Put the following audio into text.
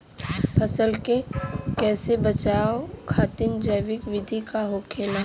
फसल के कियेसे बचाव खातिन जैविक विधि का होखेला?